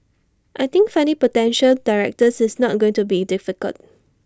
I think finding potential directors is not on going to be difficult